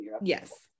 yes